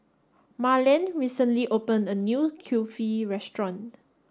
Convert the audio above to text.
Marland recently opened a new Kulfi restaurant